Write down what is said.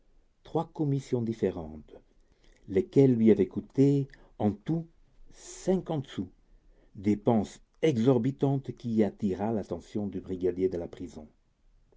trois commissions différentes lesquelles lui avaient coûté en tout cinquante sous dépense exorbitante qui attira l'attention du brigadier de la prison